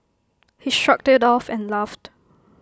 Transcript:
he shrugged IT off and laughed